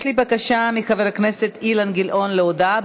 יש לי בקשה מחבר הכנסת אילן גילאון להודעה.